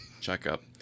checkup